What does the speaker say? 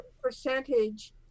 percentage